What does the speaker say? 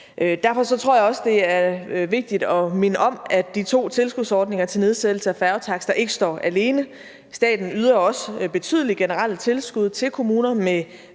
Derfor tror jeg også, det er vigtigt at minde om, at de to tilskudsordninger til nedsættelse af færgetakster ikke står alene. Staten yder også betydelige generelle tilskud til kommuner med